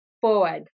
forward